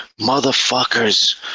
motherfuckers